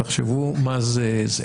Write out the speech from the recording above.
תחשבו מה זה.